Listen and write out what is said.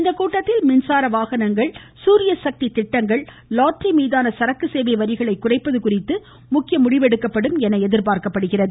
இக்கூட்டத்தில் மின்சார வாகனங்கள் சூரிய சக்தி திட்டங்கள் லாட்டரி மீதான சரக்கு சேவை வரிகளை குறைப்பது குறித்து முக்கிய முடிவெடுக்கப்படும் என எதிர்பார்க்கப்படுகிறது